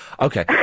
Okay